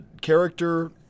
character